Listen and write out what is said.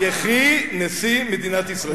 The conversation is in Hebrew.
יחי נשיא מדינת ישראל.